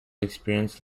experienced